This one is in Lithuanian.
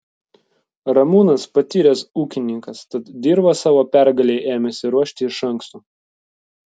ramūnas patyręs ūkininkas tad dirvą savo pergalei ėmėsi ruošti iš anksto